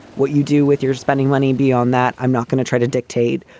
what you do with your spending money beyond that. i'm not going to try to dictate,